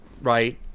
right